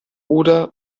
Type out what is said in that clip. oder